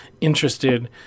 interested